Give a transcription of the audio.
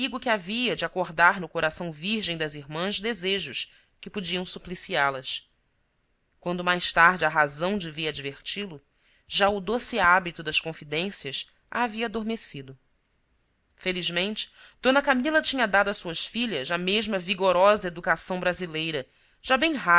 que havia de acordar no coração virgem das irmãs desejos que podiam supliciá las quando mais tarde a razão devia adverti lo já o doce hábito das confidências a havia adormecido felizmente d camila tinha dado a suas filhas a mesma vigorosa educação brasileira já bem